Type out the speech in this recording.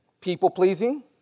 people-pleasing